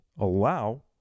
allow